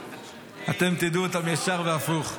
אתם תדעו אותן ישר והפוך.